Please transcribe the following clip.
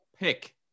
pick